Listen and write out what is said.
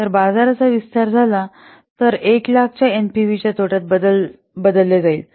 जर बाजाराचा विस्तार झाला तर हे 100000 च्या एनपीव्हीसह तोट्यात बदलले जाईल